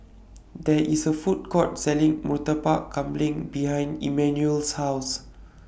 There IS A Food Court Selling Murtabak Kambing behind Emmanuel's House